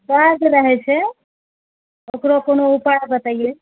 दर्द रहैत छै ओकरो कोनो उपाय बतैए